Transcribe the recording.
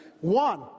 One